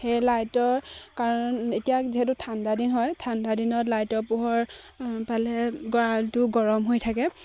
সেই লাইটৰ কাৰণে এতিয়া যিহেতু ঠাণ্ডা দিন হয় ঠাণ্ডা দিনত লাইটৰ পোহৰ পালে গঁৰালটো গৰম হৈ থাকে